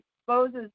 exposes